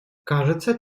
кажется